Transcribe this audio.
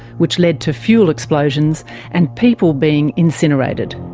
which led to fuel explosions and people being incinerated.